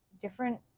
different